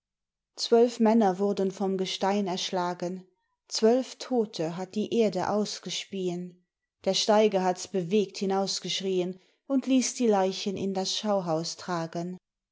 zwölf männer wurden vom gestein erschlagen zwölf tote hat die erde ausgespien der steiger hat's bewegt hinausgeschrien und hess die leichen in das schauhaus tragen